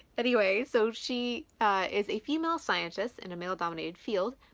anyway, so she is a female scientist in a male-dominated field.